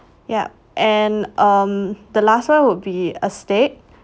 yup and um the last one would be a steak